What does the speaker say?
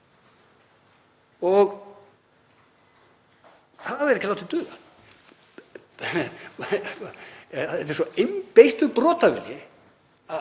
Það er ekki látið duga. Þetta er svo einbeittur brotavilji.